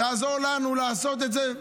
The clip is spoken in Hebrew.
תעזור לנו לעשות את זה,